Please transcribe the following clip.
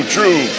True